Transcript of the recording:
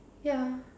ya